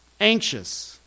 Anxious